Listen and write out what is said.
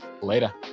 Later